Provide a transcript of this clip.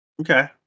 Okay